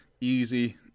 easy